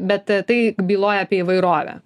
bet tai byloja apie įvairovę